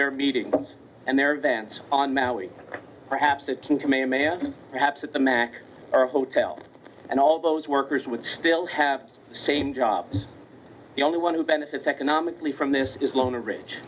their meetings and their events on maui perhaps it can to make a man perhaps at the mac or a hotel and all those workers would still have the same jobs the only one who benefits economically from this is mona ri